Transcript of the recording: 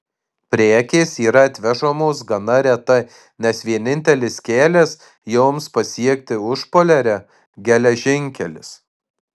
prekės yra atvežamos gana retai nes vienintelis kelias joms pasiekti užpoliarę geležinkelis